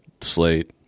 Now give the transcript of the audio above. slate